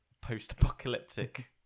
post-apocalyptic